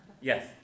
Yes